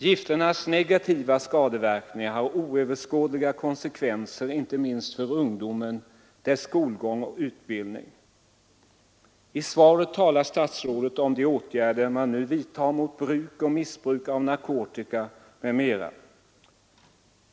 Gifternas negativa skadeverkningar har oöverskådliga konsekvenser, inte minst för ungdomen, dess skolgång och utbildning. I svaret talar statsrådet om de åtgärder man nu vidtar mot bruk och missbruk av narkotika m.m.